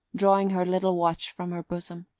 drawing her little watch from her bosom.